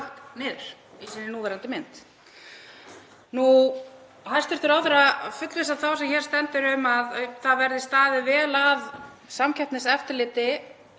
Hæstv. ráðherra fullvissar þá sem hér stendur um að það verði staðið vel að samkeppniseftirliti